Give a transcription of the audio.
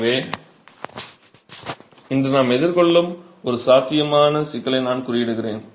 எனவே இன்று நாம் எதிர்கொள்ளும் ஒரு சாத்தியமான சிக்கலை நான் குறியிடுகிறேன்